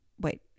Wait